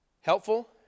Helpful